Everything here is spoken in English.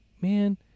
Man